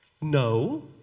No